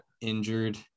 injured